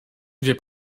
wir